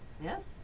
Yes